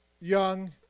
young